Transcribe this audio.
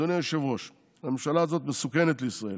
אדוני היושב-ראש, הממשלה הזאת מסוכנת לישראל.